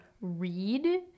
read